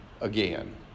again